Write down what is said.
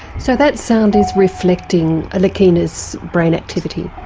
so that sound is reflecting leahkhana's brain activity.